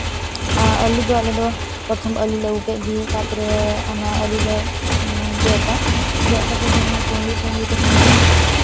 ᱟᱹᱞᱩ ᱫᱚ ᱟᱞᱮᱫᱚ ᱯᱨᱚᱛᱷᱚᱢ ᱟᱹᱞᱩ ᱞᱮ ᱟᱹᱜᱩ ᱠᱮᱫ ᱜᱮ ᱛᱟᱨᱯᱚᱨᱮ ᱚᱱᱟ ᱟᱹᱞᱩ ᱞᱮ ᱜᱮᱫᱟ ᱜᱮᱫ ᱠᱟᱛᱮᱫ ᱡᱟᱦᱟᱸ ᱯᱩᱝᱲᱤ ᱯᱩᱝᱲᱤ ᱛᱟᱦᱮᱱᱟ